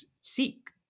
seek